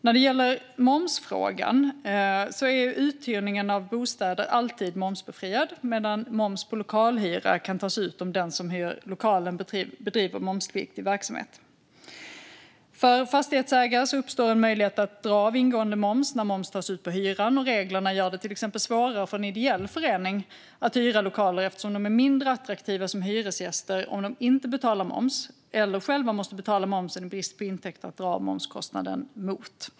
När det gäller momsfrågan är uthyrning av bostäder alltid momsbefriad, medan moms på lokalhyra kan tas ut om den som hyr lokalen bedriver momspliktig verksamhet. För fastighetsägare uppstår en möjlighet att dra av ingående moms när moms tas ut på hyran. Reglerna gör det till exempel svårare för en ideell förening att hyra lokaler, eftersom man är mindre attraktiv som hyresgäst om man inte betalar moms eller själv måste betala moms i brist på intäkter att dra av momskostnaden mot.